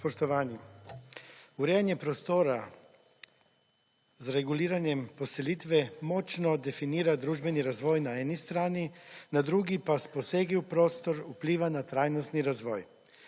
Urejanje prostora za reguliranjem poselitve močno definira družbeni razvoj na eni strani, na drugi pa s posegi v prostor vpliva na trajnostni razvoj.